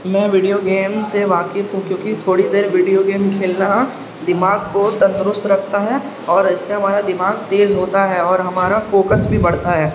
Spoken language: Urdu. میں ویڈیو گیم سے واقف ہوں کیونکہ تھوڑی دیر ویڈیو گیم کھیلنا دماغ کو تندرست رکھتا ہے اور اس سے ہمارا دماغ تیز ہوتا ہے اور ہمارا فوکس بھی بڑھتا ہے